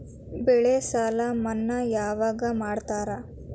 ಬೆಳೆ ಸಾಲ ಮನ್ನಾ ಯಾವಾಗ್ ಮಾಡ್ತಾರಾ?